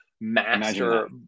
Master